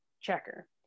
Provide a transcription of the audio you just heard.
checker